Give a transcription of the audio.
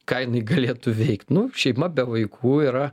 ką jinai galėtų veikt nu šeima be vaikų yra